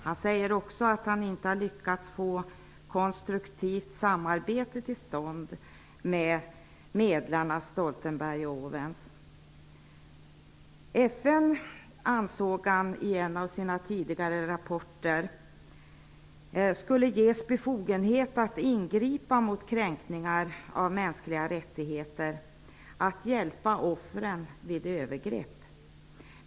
Han säger också att han inte har lyckats få till stånd ett konstruktivt samarbete med medlarna Stoltenberg och Owen. I en av sina tidigare rapporter ansåg Mazowieckis att FN skulle ges befogenhet att ingripa mot kränkningar av mänskliga rättigheter för att hjälpa offren vid övergrepp.